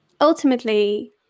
ultimately